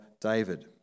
David